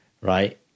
right